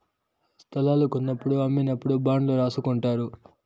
స్తలాలు కొన్నప్పుడు అమ్మినప్పుడు బాండ్లు రాసుకుంటారు